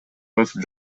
басып